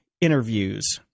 interviews